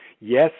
yes